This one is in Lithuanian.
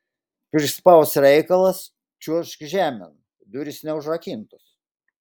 prispaus reikalas čiuožk žemėn durys neužrakintos